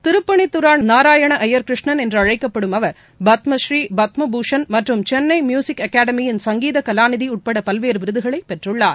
திருப்புனித்தரா நாராயண ஐயர் கிருஷ்ணன் என்று அழைக்கப்படும் அவர் பத்மஸ்ரீ பத்மபூஷன் மற்றும் சென்னை மியூசிக் அகாடமியின் சங்கீத கலாநிதி உட்பட பல்வேறு விருதுகளை பெற்றுள்ளார்